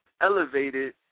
elevated